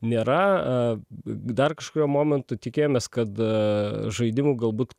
nėra a dar kažkuriuo momentu tikėjomės kad žaidimų galbūt